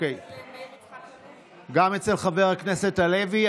גם חבר הכנסת הלוי.